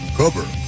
Cover